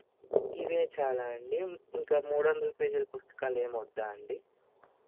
ఇవే చాలా అండి ఇంకా మూడొందల పేజీల పుస్తకాలు ఏమొద్దా అండి